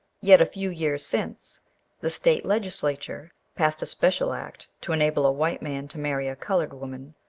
yet a few years since the state legislature passed a special act to enable a white man to marry a coloured woman,